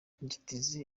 inzitizi